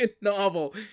novel